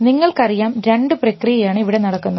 നിങ്ങൾക്കറിയാം രണ്ടു പ്രക്രിയയാണ് ഇവിടെ നടക്കുന്നത്